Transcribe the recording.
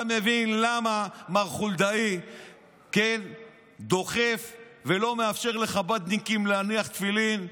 אתה מבין למה מר חולדאי דוחף ולא מאפשר לחב"דניקים להניח תפילין?